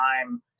time